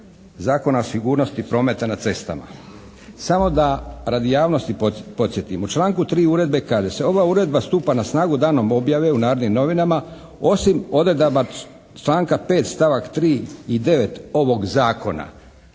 Zakona o sigurnosti prometa na cestama. Samo da radi javnosti podsjetim. U članku 3. uredbe kaže se ova uredba stupa na snagu danom objave u "Narodnim novinama" osim odredaba članaka 5. stavak 3. i 9. ovog Zakona,